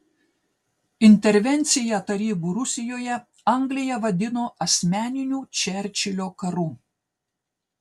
intervenciją tarybų rusijoje anglija vadino asmeniniu čerčilio karu